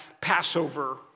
Passover